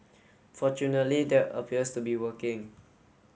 fortunately that appears to be working